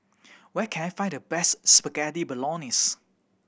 where can I find the best Spaghetti Bolognese